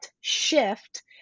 shift